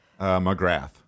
McGrath